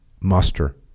muster